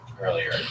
earlier